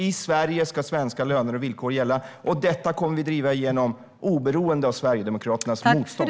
I Sverige ska svenska löner och villkor gälla, och det kommer vi att driva igenom oberoende av Sverigedemokraternas motstånd.